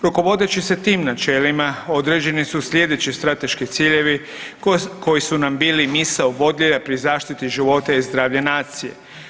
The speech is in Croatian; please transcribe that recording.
Rukovodeći se tim načelima, određeni su slijedeći strateški ciljevi koji su nam bili misao vodilja pri zaštiti života i zdravlja nacije.